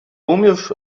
umiesz